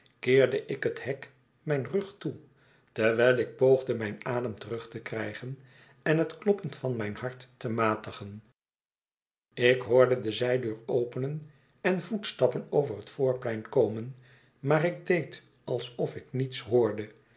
keerde ik het hek mijn rug toe terwijl ik poogde mijn adem terug te krijgen en het kloppen van mijn hart te matigen ik hoorde de zijdeur openen en voetstappen over het voorplein komen maar ik deed alsof ik niets hoorde